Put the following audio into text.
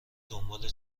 دنبال